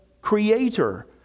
Creator